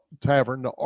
tavern